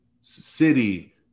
city